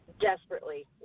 Desperately